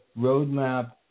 roadmap